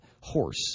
horse